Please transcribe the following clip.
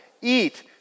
eat